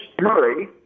Murray